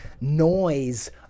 noise